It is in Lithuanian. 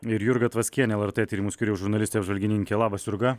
ir jurga tvaskienė lrt tyrimų skyrius žurnalistė apžvalgininkė labas jurga